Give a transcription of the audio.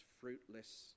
fruitless